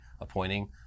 appointing